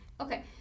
Okay